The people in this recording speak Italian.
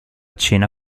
cena